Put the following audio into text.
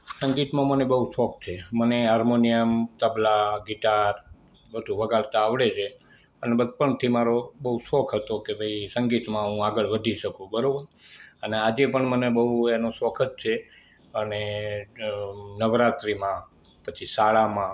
સંગીતમાં મને બહુ શોખ છે મને હાર્મોનિયમ તબલા ગિટાર બધું વાગડતા આવે છે અને બચપણથી મારો બહુ શોખ હતો કે ભાઈ સંગીતમાં હું આગળ વધી શકું બરાબર અને આજે પણ મને બહુ એનો શોખ જ છે અને અ નવરાત્રિમાં પછી શાળામાં